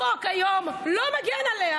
החוק היום לא מגן עליה,